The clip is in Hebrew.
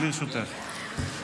לרשותך, גברתי.